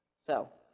so,